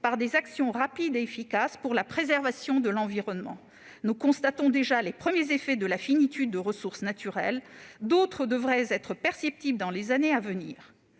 des actions rapides et efficaces pour la préservation de l'environnement. Nous constatons déjà les premiers effets de la finitude de ressources naturelles. D'autres devraient être perceptibles dans les années à venir.